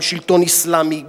עם שלטון אסלאמי,